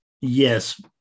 yes